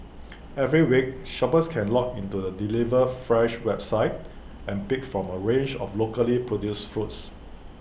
every week shoppers can log into the delivered fresh website and pick from A range of locally produced foods